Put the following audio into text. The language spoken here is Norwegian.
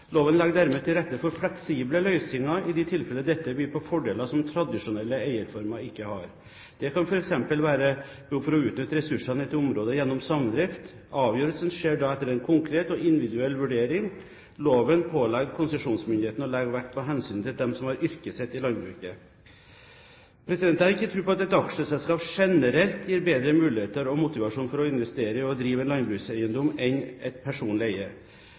Loven legger dermed til rette for fleksible løsninger i de tilfeller dette byr på fordeler som tradisjonelle eierformer ikke har. Det kan f.eks. være behov for å utnytte ressursene i et område gjennom samdrift. Avgjørelsen skjer da etter en konkret og individuell vurdering. Loven pålegger konsesjonsmyndigheten å legge vekt på hensynet til dem som har yrket sitt i landbruket. Jeg har ikke tro på at et aksjeselskap generelt gir bedre muligheter og motivasjon for å investere i og drive en landbrukseiendom enn et personlig eie.